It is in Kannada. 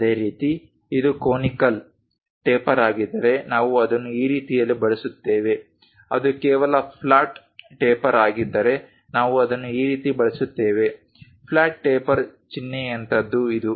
ಅದೇ ರೀತಿ ಇದು ಕೋನಿಕಲ್ ಟೇಪರ್ ಆಗಿದ್ದರೆ ನಾವು ಅದನ್ನು ಆ ರೀತಿಯಲ್ಲಿ ಬಳಸುತ್ತೇವೆ ಅದು ಕೇವಲ ಫ್ಲಾಟ್ ಟೇಪರ್ ಆಗಿದ್ದರೆ ನಾವು ಅದನ್ನು ಈ ರೀತಿ ಬಳಸುತ್ತೇವೆ ಫ್ಲಾಟ್ ಟೇಪರ್ ಚಿಹ್ನೆಯಂತಹದು ಇದು